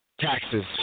taxes